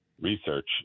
Research